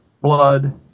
blood